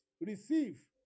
receive